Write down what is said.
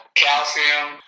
calcium